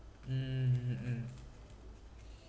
mm mm